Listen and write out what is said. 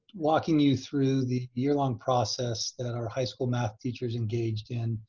walking you through the year long process that our high school math teachers engaged in